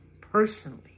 personally